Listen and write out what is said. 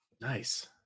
nice